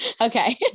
okay